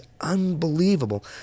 unbelievable